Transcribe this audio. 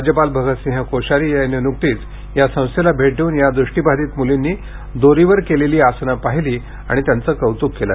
राज्यपला भगतसिंह कोश्यारी यांनी नुकतीच या संस्थेला भेट देऊन या दृष्टिबाधित मुलींनी दोरीवर केलेली आसनं पाहिली आणि त्यांचं कौतुक केलं